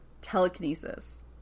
telekinesis